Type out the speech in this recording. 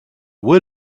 would